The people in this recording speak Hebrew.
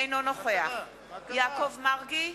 אינו נוכח יעקב מרגי,